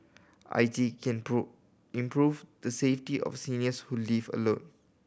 I T can prove improve the safety of seniors who live alone